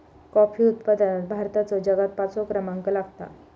coffee उत्पादनात भारताचो जगात पाचवो क्रमांक लागता